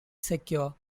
secure